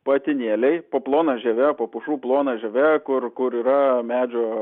patinėliai po plona žieve po pušų plona žieve kur kur yra medžio